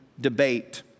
debate